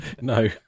No